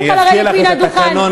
אני אזכיר לך את התקנון,